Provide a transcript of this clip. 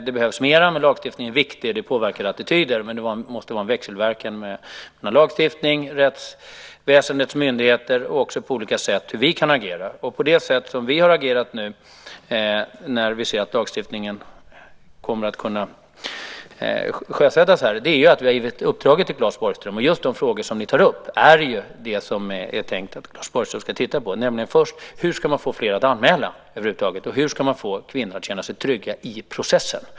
Det behövs mera, men lagstiftning är viktig. Den påverkar attityder, men det måste vara en växelverkan mellan lagstiftning, rättsväsendets myndigheter och även på olika sätt hur vi kan agera. Det sätt att agera som vi nu har haft när vi ser att lagstiftningen kommer att kunna sjösättas här är att vi har givit uppdraget till Claes Borgström. Just de frågor som vi tar upp är de som Claes Borgström ska titta på, nämligen hur man ska få fler att över huvud taget göra anmälan och hur man ska få kvinnor att känna sig trygga i processen.